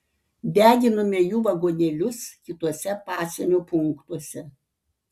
deginome jų vagonėlius kituose pasienio punktuose